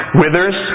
withers